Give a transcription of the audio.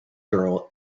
girl